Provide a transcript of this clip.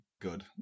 good